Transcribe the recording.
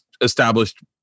established